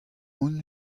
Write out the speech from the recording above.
hon